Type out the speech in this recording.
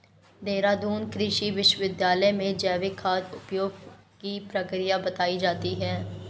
देहरादून कृषि विश्वविद्यालय में जैविक खाद उपयोग की प्रक्रिया बताई जाती है